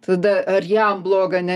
tada ar jam bloga ne